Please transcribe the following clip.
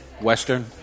Western